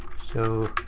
so,